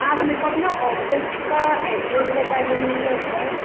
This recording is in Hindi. आप मेरे को अपना ऑफ़िस का एड्रेस बता देंगे क्या एक बार